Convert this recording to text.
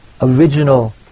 original